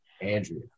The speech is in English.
Andrea